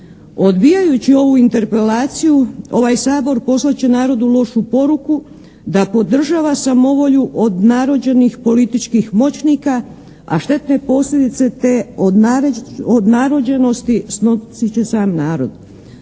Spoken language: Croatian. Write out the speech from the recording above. Odbijajući ovu Interpelaciju ovaj Sabor poslat će narodu lošu poruku, da podržava samovolju od narođenih političkih moćnika, a štetne posljedice te odnarođenosti snosit će sam narod.